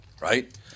right